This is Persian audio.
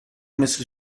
مثل